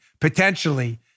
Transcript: potentially